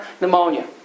pneumonia